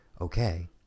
okay